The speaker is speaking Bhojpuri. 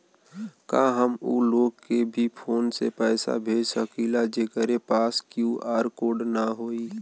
का हम ऊ लोग के भी फोन से पैसा भेज सकीला जेकरे पास क्यू.आर कोड न होई?